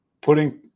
putting